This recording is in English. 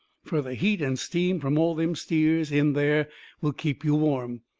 fur the heat and steam from all them steers in there will keep you warm.